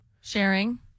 Sharing